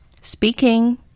Speaking